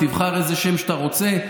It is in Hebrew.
תבחר איזה שם שאתה רוצה,